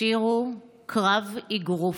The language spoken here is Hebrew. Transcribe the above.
השיר הוא "קרב אגרוף",